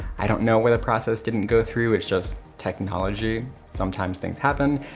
i don't know why the process didn't go through, it's just technology. sometimes things happen.